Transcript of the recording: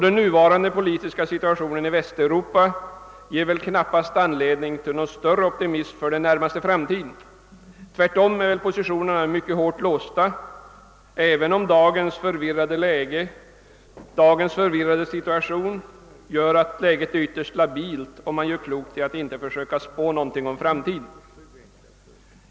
Den nuvarande politiska situationen i Västeuropa ger väl knappast anledning till någon större optimism för den närmaste framtiden; tvärtom är positionerna mycket hårt låsta även om dagens förvirrade situation innebär att läget är ytterst labilt och man gör klokt i att inte försöka spå något om framtiden.